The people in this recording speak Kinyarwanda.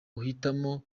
uhitamo